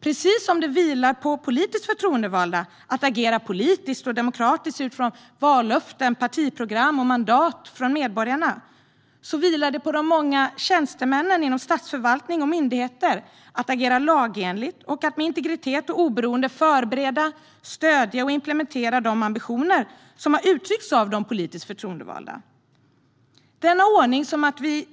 Precis som det vilar på politiskt förtroendevalda att agera politiskt och demokratiskt utifrån vallöften, partiprogram och mandat från medborgarna vilar det på de många tjänstemännen inom statsförvaltning och myndigheter att agera lagenligt och att med integritet och oberoende förbereda, stödja och implementera de ambitioner som har uttryckts av de politiskt förtroendevalda. Denna ordning